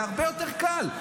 זה הרבה יותר קל,